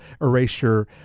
Erasure